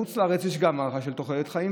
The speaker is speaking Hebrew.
בחוץ לארץ יש גם הארכה של תוחלת חיים,